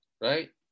Right